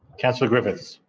councillor griffiths.